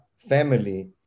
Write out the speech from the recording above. family